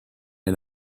and